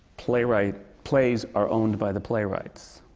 playwright plays are owned by the playwrights.